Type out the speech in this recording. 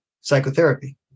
psychotherapy